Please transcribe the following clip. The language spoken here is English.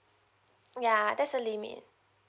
ya there's a limit